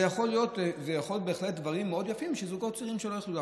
זה בהחלט יכול להיות דבר מאוד יפה בשביל זוגות צעירים שלא עשו את זה,